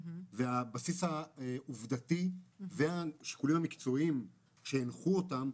הבסיס העובדתי והשיקולים המקצועיים שהנחו אותם,